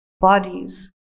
bodies